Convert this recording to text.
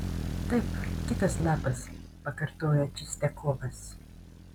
taip kitas lapas pakartojo čistiakovas